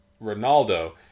Ronaldo